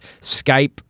Skype